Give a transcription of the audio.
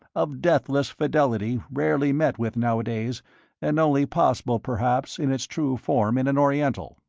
of deathless fidelity rarely met with nowadays and only possible, perhaps, in its true form in an oriental.